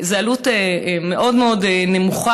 זו עלות מאוד מאוד נמוכה,